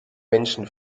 menschen